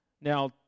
Now